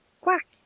quack